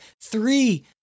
three